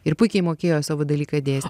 ir puikiai mokėjo savo dalyką dėsty